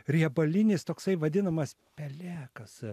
riebalinis toksai vadinamas pelekas